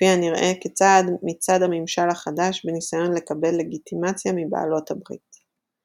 כפי הנראה כצעד מצד הממשל החדש בניסיון לקבלת לגיטימציה מבעלות הברית.